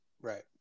Right